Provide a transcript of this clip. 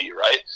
right